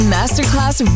Masterclass